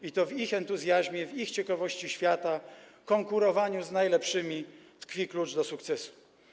I to w ich entuzjazmie, w ich ciekawości świata, konkurowaniu z najlepszymi tkwi klucz do sukcesu.